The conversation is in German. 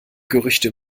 gerüchte